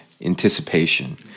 anticipation